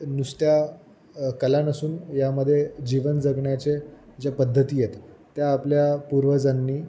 नुसत्या कला नसून यामध्ये जीवन जगण्याचे ज्या पद्धती आहेत त्या आपल्या पूर्वजांनी